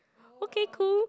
okay cool